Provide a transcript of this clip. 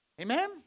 Amen